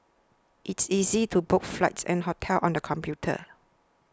it is easy to book flights and hotels on the computer